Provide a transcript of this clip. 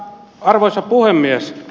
arvoisa puhemies